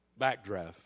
Backdraft